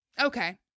Okay